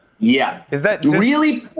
yeah. is that really